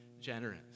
generous